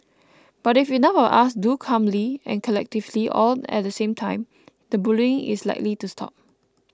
but if enough of us do calmly and collectively all at the same time the bullying is likely to stop